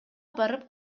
барып